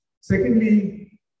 Secondly